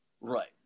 Right